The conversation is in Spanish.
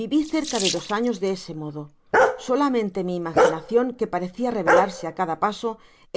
viví cerca de dos años de ese modo solamente mi imaginacion que parecía revelarse á cada paso